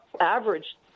average